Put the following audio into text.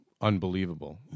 unbelievable